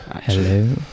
Hello